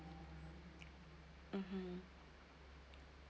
mmhmm